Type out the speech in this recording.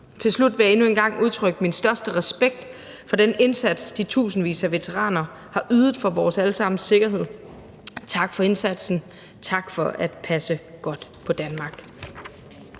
Til slut vil jeg endnu en gang udtrykke min største respekt for den indsats, de tusindvis af veteraner har ydet for vores alle sammens sikkerhed. Tak for indsatsen. Tak for at passe godt på Danmark.